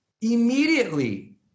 Immediately